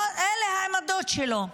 אלה העמדות שלו.